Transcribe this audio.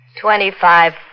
Twenty-five